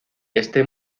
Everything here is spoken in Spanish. este